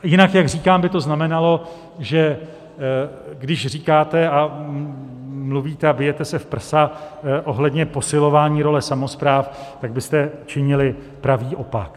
Jinak, jak říkám, by to znamenalo, že když říkáte a mluvíte a bijete se v prsa ohledně posilování role samospráv, tak byste činili pravý opak.